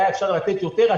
היה אפשר לתת יותר.